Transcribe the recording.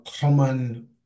common